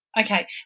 okay